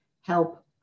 help